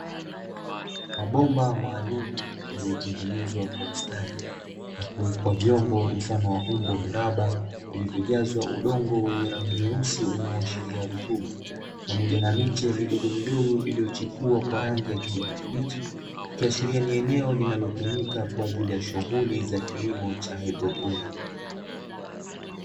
Mabomba maalumu yaliyo tengenezwa kwa ustadi na kuwekwa vyombo mfano wa umbo mraba, vilivyojazwa udongo wenye rangi nyeusi, unao hashiria rutuba pamoja na miche midogo midogo, iliyochipua kwa rangi ya kijani kibichi ikihashiria ni eneo linalotumika kwa ajili ya shughuri za kilimo cha haidroponi.